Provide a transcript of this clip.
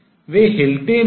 वे हिलते नहीं हैं